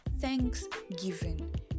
thanksgiving